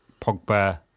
Pogba